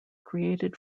created